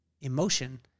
emotion